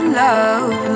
love